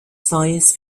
science